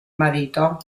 marito